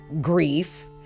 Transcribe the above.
grief